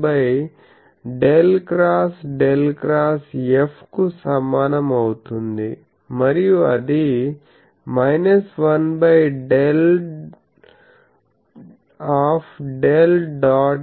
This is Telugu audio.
1 ∇ X ∇ X F కు సమానం అవుతుంది మరియు అది 1∇ ∇ dot